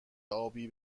آبی